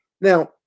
now